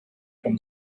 from